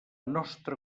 nostra